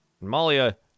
Malia